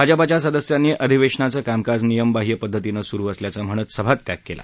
भाजपाच्या सदस्यांनी अधिवेशनाचं कामकाज नियमबाह्य पद्धतीनं सुरु असल्याचं म्हणत सभात्याग केला